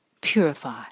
purify